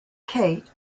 kate